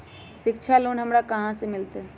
शिक्षा लोन हमरा कहाँ से मिलतै?